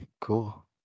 Cool